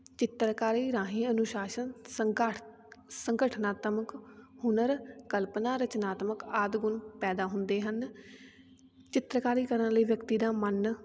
ਚਿੱਤਰਕਾਰੀ ਰਾਹੀਂ ਅਨੁਸ਼ਾਸਨ ਸੰਗਠ ਸੰਗਠਨਾਤਮਕ ਹੁਨਰ ਕਲਪਨਾ ਰਚਨਾਤਮਕ ਆਦਿ ਗੁਣ ਪੈਦਾ ਹੁੰਦੇ ਹਨ ਚਿੱਤਰਕਾਰੀ ਕਰਨ ਲਈ ਵਿਅਕਤੀ ਦਾ ਮਨ